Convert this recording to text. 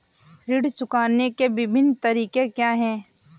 ऋण चुकाने के विभिन्न तरीके क्या हैं?